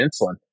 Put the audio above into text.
insulin